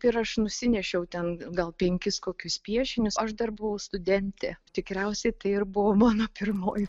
ir aš nusinešiau ten gal penkis kokius piešinius aš dar buvau studentė tikriausiai tai ir buvo mano pirmoji